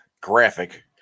graphic